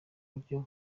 buryo